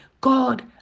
God